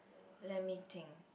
let me think